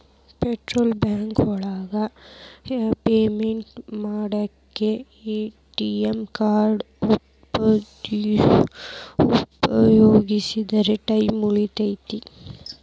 petrol bunk ಒಳಗ payment ಮಾಡ್ಲಿಕ್ಕೆ ATM card ಉಪಯೋಗಿಸಿದ್ರ ಟೈಮ್ ಉಳಿತೆತಿ